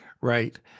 Right